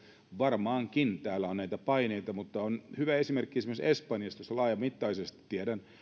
varmaankin täällä on näitä paineita mutta on hyvä esimerkki esimerkiksi espanjasta jossa laajamittaisesti tiedän että